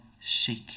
seek